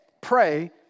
pray